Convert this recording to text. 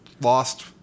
Lost